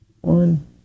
One